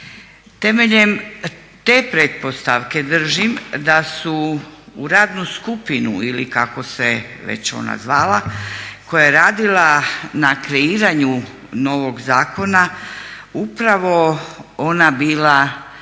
Temeljem te pretpostavke držim da su u radnu skupinu ili kako se već ona zvala koja je radila n kreiranju novog zakona upravo ona bila